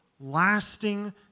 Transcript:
lasting